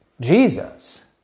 Jesus